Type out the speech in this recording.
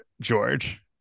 George